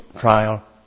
trial